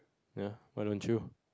ya why don't you